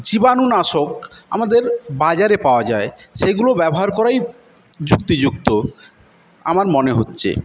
জীবাণুনাশক আমাদের বাজারে পাওয়া যায় সেগুলো ব্যবহার করাই যুক্তিযুক্ত আমার মনে হচ্ছে